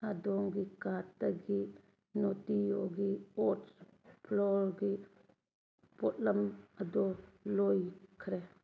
ꯑꯗꯣꯝꯒꯤ ꯀꯥꯔꯗꯇꯒꯤ ꯅꯣꯇꯤꯌꯣꯒꯤ ꯑꯣꯠ ꯐ꯭ꯂꯣꯔꯒꯤ ꯄꯣꯠꯂꯝ ꯑꯗꯨ ꯂꯣꯏꯈ꯭ꯔꯦ